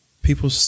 People